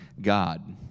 God